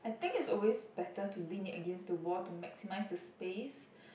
I think it's always better to lean it against the wall to maximise the space